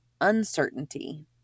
uncertainty